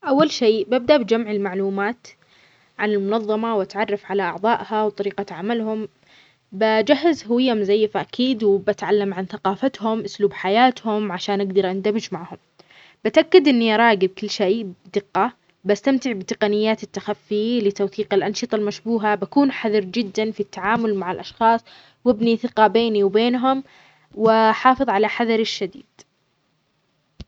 أول شيء ببدء بجمع المعلومات عن المنظمة، واتعرف على أعضائها وطريقة عملهم، بجهز هوية مزيفة أكيد، وبتعلم عن ثقافتهم، أسلوب حياتهم عشان أقدر أندمج معهم، بتأكد إني أراقب كل شيء بدقة، بستمتع بتقنيات التخفي لتوثيق الأنشطة المشبوهة، بكون حذر جدا في التعامل مع الأشخاص، وابني ثقة بيني وبينهم، و أحافظ على حذري الشديد.